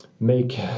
Make